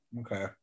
Okay